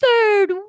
third